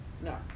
No